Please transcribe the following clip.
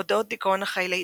אודות דיכאון אחרי לידה,